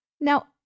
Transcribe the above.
Now